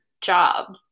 job